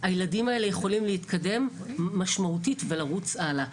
הילדים האלה יכולים להתקדם משמעותית ולרוץ הלאה.